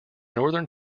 northern